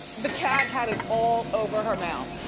the cat had it all over her mouth.